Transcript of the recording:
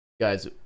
guys